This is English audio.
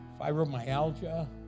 fibromyalgia